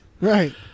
right